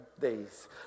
days